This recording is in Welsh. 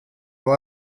fel